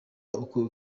uko